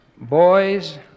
boys